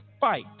fight